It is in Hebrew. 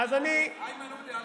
ומכר את המדינה לאויבים,